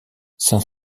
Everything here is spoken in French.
saint